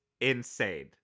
insane